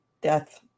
Death